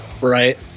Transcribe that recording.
Right